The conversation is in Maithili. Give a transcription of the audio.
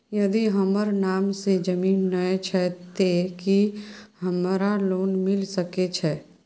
यदि हमर नाम से ज़मीन नय छै ते की हमरा लोन मिल सके छै?